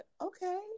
okay